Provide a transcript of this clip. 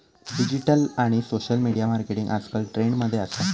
digital आणि social media marketing आजकल trend मध्ये असा